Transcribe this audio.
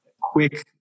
quick